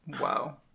wow